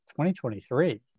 2023